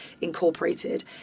incorporated